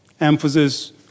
Emphasis